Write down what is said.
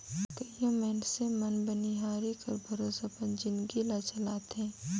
कइयो मइनसे मन बनिहारी कर भरोसा अपन जिनगी ल चलाथें